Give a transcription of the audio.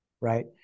right